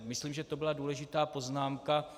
Myslím, že to byla důležitá poznámka.